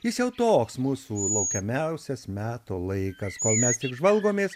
jis jau toks mūsų laukiamiausias metų laikas kol mes tik žvalgomės